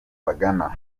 bagana